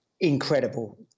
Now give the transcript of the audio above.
incredible